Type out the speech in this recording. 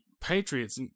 Patriots